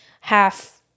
half-